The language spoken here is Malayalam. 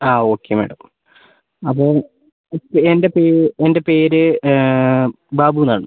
ആ ഓക്കെ മാഡം അപ്പോൾ മതി എൻ്റെ എൻ്റെ പേര് ബാബു എന്നാണ്